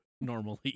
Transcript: normally